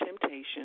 temptation